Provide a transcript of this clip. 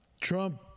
Trump